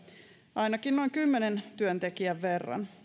ainakin noin kymmenen työntekijän verran